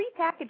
prepackaged